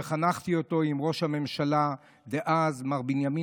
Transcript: שחנכתי אותו עם ראש הממשלה דאז מר בנימין